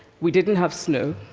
we didn't have snow,